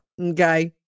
Okay